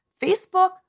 Facebook